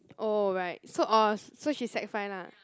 oh right so oh so she sec five lah